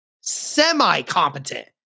semi-competent